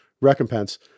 recompense